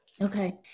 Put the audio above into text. Okay